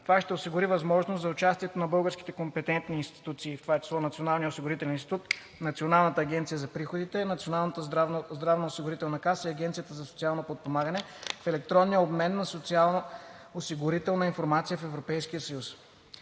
Това ще осигури възможност за участието на българските компетентни институции (Националния осигурителен институт, Националната агенция за приходите, Националната здравноосигурителна каса и Агенцията за социално подпомагане) в електронния обмен на социалноосигурителна информация в Европейския съюз.